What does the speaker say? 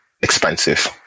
Expensive